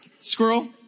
Squirrel